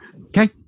Okay